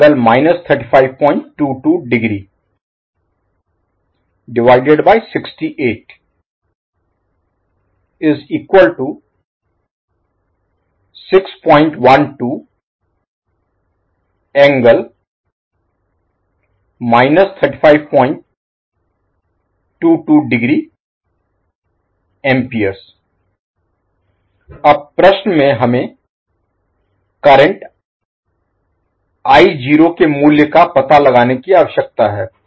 अब प्रश्न में हमें करंट के मूल्य का पता लगाने की आवश्यकता है